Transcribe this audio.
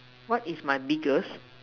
what is my biggest